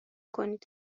کنید